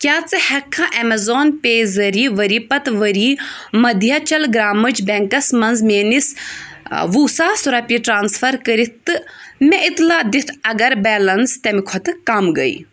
کیٛاہ ژٕ ہٮ۪کہٕ ایٚمیزان پے ذٔریعہٕ ؤری پتہٕ ؤری مٔدھیاچل گرٛامٕچ بیٚنٛکَس منٛز میٲنِس وُہ ساس رۄپیہِ ٹرانسفر کٔرِتھ تہٕ مےٚ اطلاع دِتھ اگر بیلنس تَمہِ کھۄتہٕ کم گٔیہِ